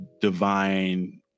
divine